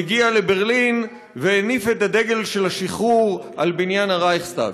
הגיע לברלין והניף את הדגל של השחרור על בניין הרייכסטאג.